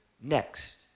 next